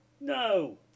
No